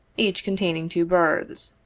each containing two berths.